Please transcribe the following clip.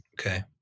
Okay